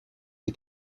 qui